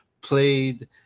Played